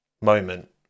moment